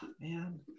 Man